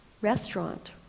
restaurant